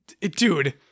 dude